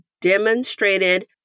demonstrated